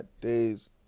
days